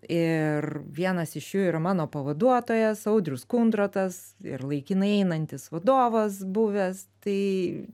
ir vienas iš jų yra mano pavaduotojas audrius kundrotas ir laikinai einantis vadovas buvęs tai